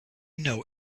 know